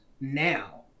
now